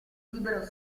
libero